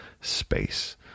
space